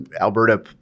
Alberta